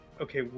okay